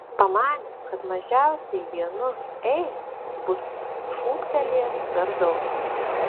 pamanė kad mažiausiai vienu ei bus šūktelėjęs per daug